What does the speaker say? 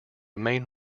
main